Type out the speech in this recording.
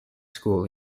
school